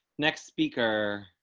next speaker.